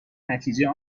نتیجه